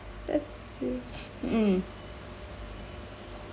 that's mm